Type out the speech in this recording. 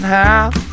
half